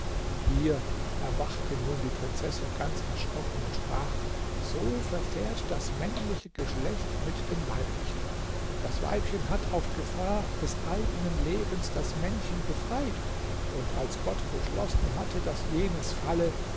hier erwachte nun die prinzessin ganz erschrocken und sprach so verfährt das männliche geschlecht mit dem weiblichen das weibchen hat auf gefahr des eigenen lebens das männchen befreit und als gott beschlossen hatte daß jenes falle